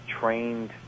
trained